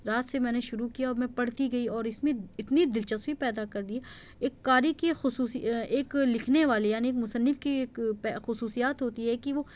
رات سے میں نے شروع کیا اور میں پڑھتی گئی اور اِس میں اتنی دلچسپی پیدا کر دی ایک کاری کی خصوصی ایک لکھنے والے یعنی مُصنف کی ایک پہ خصوصیات ہوتی ہے کہ وہ